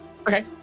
Okay